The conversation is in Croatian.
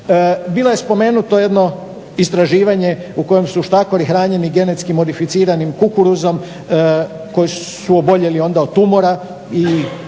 Bilo je spomenuto jedno istraživanje u kojem su štakori hranjeni GM kukuruzom koji su oboljeli od tumora i